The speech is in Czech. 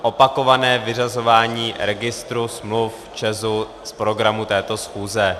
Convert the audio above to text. Opakované vyřazování registru smluv ČEZu z programu této schůze.